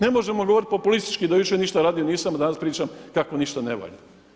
Ne možemo govoriti populistički do jučer ništa radio nisam a danas pričam kako ništa ne valja.